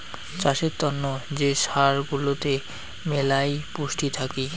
চাষের তন্ন যে সার গুলাতে মেলহাই পুষ্টি থাকি